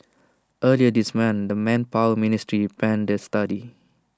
earlier this month the manpower ministry panned the study